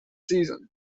season